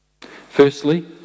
Firstly